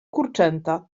kurczęta